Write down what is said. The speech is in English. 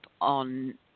on